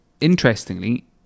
Interestingly